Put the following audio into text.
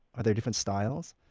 are there different styles?